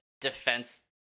defense